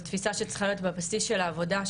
זאת תפיסה שצריכה להיות בבסיס של העבודה,